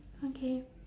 okay